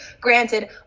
Granted